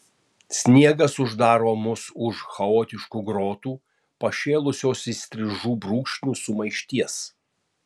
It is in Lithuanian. sniegas uždaro mus už chaotiškų grotų pašėlusios įstrižų brūkšnių sumaišties